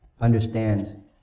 understand